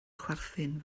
chwerthin